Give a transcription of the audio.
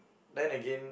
then again